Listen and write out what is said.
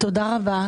תודה רבה.